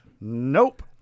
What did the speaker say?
nope